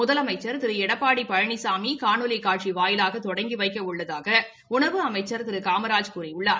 முதலமைச்சர் திரு எடப்பாடி பழனிசாமி காணொலி காட்சி வாயிலாக தொடங்கி வைக்க உள்ளதாக உணவு அமைச்சர் திரு காமராஜ் கூறியுள்ளார்